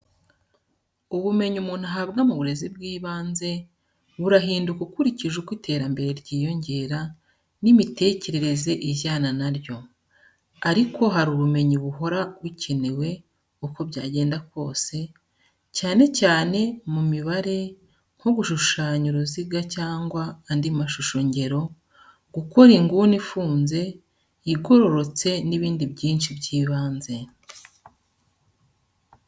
Ubumenyi umuntu ahabwa mu burezi bw'ibanze burahinduka ukurikije uko iterambere ryiyongera n'imitekerereze ijyana na ryo; ariko hari ubumenyi buhora bukenewe uko byagenda kose, cyane cyane mu mibare, nko gushushanya uruziga cyangwa andi mashushongero, gukora inguni ifunze, igororotse n'ibindi byinshi by'ibanze.